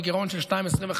מגירעון של 2.25%,